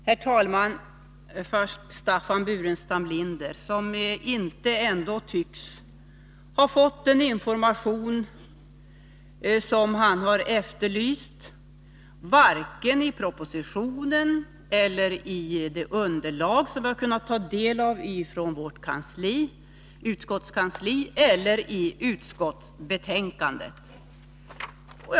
Herr talman! Staffan Burenstam Linder tycks inte, vare sig i propositionen, det underlag som vi ha fått ta del av från vårt utskottskansli eller i utskottsbetänkandet, ha fått den information som han har efterlyst.